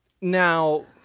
Now